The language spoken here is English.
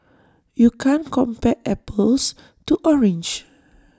you can't compare apples to oranges